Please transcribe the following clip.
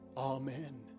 Amen